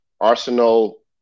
Arsenal